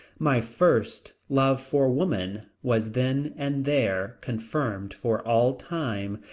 my first love for woman was then and there confirmed for all time.